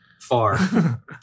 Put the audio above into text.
far